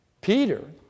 Peter